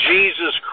Jesus